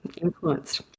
influenced